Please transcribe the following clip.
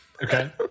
Okay